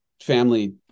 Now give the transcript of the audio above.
family